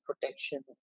protection